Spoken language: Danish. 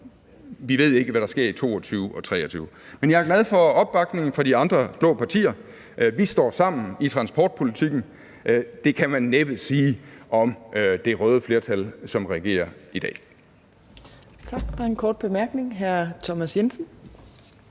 vi ved ikke, hvad der sker i 2022 og 2023. Men jeg er glad for opbakningen fra de andre blå partier. Vi står sammen i transportpolitikken. Det kan man næppe sige om det røde flertal, som regerer i dag.